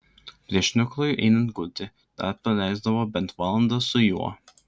prieš nikolui einant gulti dar praleisdavo bent valandą su juo